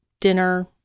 dinner